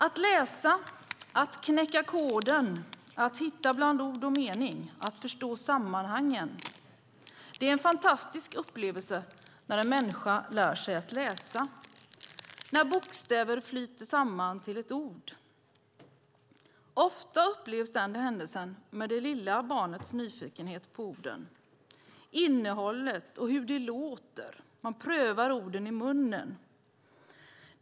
Att läsa, att knäcka koden, att hitta bland ord och meningar och att förstå sammanhangen är en fantastisk upplevelse när en människa lär sig läsa, när bokstäver flyter samman till ett ord. Ofta upplevs den händelsen med det lilla barnets nyfikenhet på orden, på innehållet och hur det låter. Orden prövas i munnen.